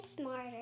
smarter